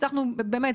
הצלחנו באמת,